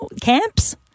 Camps